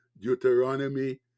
Deuteronomy